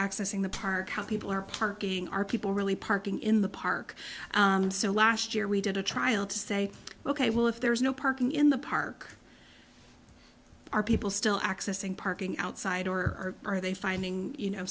accessing the park how people are parking are people really parking in the park so last year we did a trial to say ok well if there's no parking in the park are people still accessing parking outside or are they finding you know